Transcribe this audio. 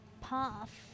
path